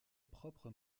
propre